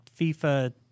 FIFA